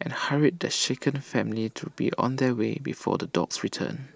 and hurried the shaken family to be on their way before the dogs return